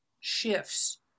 shifts